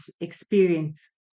experience